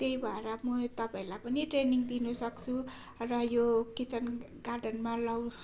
त्यही भएर म तपाईँलाई पनि ट्रेनिङ दिनसक्छु र यो किचन गार्डनमा लाउ किचन गार्डनको